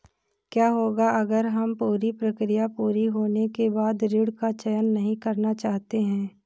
क्या होगा अगर हम पूरी प्रक्रिया पूरी होने के बाद ऋण का चयन नहीं करना चाहते हैं?